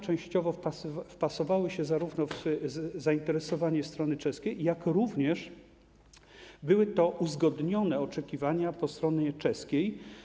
Częściowo wpasowały się one zarówno w zainteresowanie strony czeskiej, jak również były uzgodnione oczekiwania po stronie czeskiej.